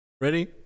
ready